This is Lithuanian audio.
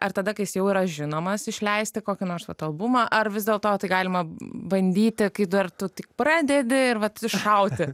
ar tada kai jis jau yra žinomas išleisti kokį nors vat albumą ar vis dėlto tai galima bandyti kai du ar tu tik pradedi ir vat iššauti